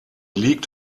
liegt